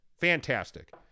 Fantastic